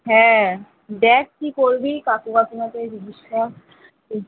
হ্যাঁ দেখ কী করবি কাকু কাকিমাকে জিজ্ঞেস কর